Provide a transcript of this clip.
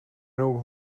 nog